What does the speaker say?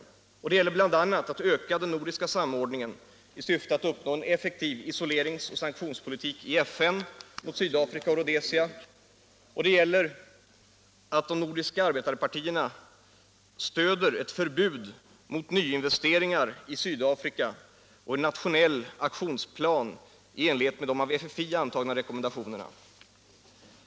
De socialdemokratiska kraven gäller bl.a. en ökning av den nordiska samordningen i syfte att få en effektiv isolerings och sanktionspolitik i FN mot Sydafrika och Rhodesia, att de nordiska arbetarpartierna stöder ett förbud mot nyinvesteringar i Sydafrika och att en nationell aktionsplan antas i enlighet med de av FFI antagna rekommendationerna.